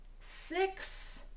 six